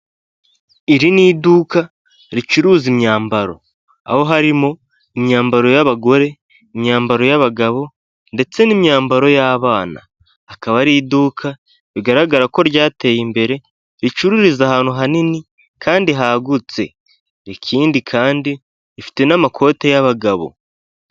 Iri ni iduka ricuruza imyambaro, aho harimo imyambaro y'abagore imyambaro y'abagabo, ndetse n'imyambaro y'abana akaba ari iduka bigaragara ko ryateye imbere, ricururiza ahantu hanini kandi hagutse, ikindi kandi rifite n'amakote y'abagabo.